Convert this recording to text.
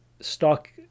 stock